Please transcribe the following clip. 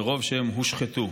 מרוב שהן הושחתו.